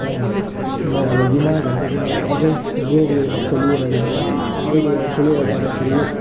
म अब दिमाग हुन्छ दिमाग अझै ब्रोड वेमा खोलिएर जान्छ ब्रोड वेमा खोलिएर जाँदाखेरि